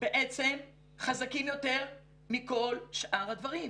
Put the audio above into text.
בעצם חזקים יותר מכל שאר הדברים.